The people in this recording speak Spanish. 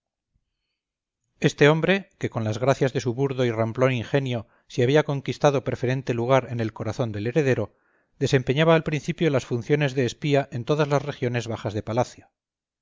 este hombre que con las gracias de su burdo y ramplón ingenio se había conquistado preferente lugar en el corazón del heredero desempeñaba al principio las funciones de espía en todas las regiones bajas de palacio